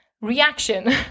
reaction